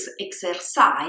exercise